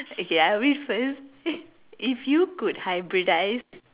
okay ya wait first if you could hybridize